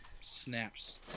snaps